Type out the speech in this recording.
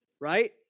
right